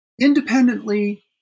independently